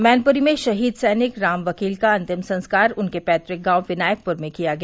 मैनपुरी में शहीद सैनिक राम वकील का अंतिम संस्कार उनके पैतुक गांव विनायकपुर में किया गया